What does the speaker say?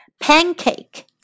Pancake